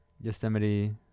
Yosemite